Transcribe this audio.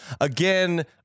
Again